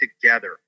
together